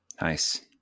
nice